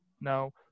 no